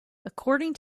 according